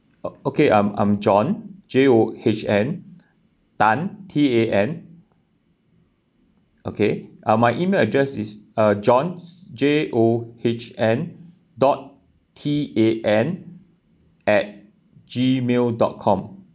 okay I'm I'm john J O H N tan T A N okay uh my E-mail address is uh john J O H N dot T A N at Gmail dot com